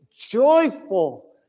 Joyful